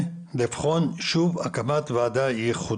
וביקשתי להקפיא את זה למשך חמש שנים